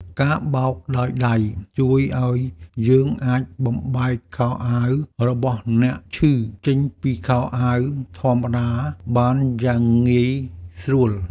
ការបោកដោយដៃជួយឱ្យយើងអាចបំបែកខោអាវរបស់អ្នកឈឺចេញពីខោអាវធម្មតាបានយ៉ាងងាយស្រួល។